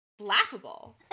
laughable